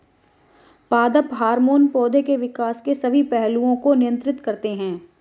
पादप हार्मोन पौधे के विकास के सभी पहलुओं को नियंत्रित करते हैं